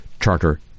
charter